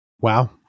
wow